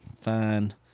fine